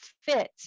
fit